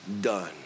done